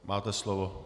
Máte slovo.